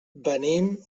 venim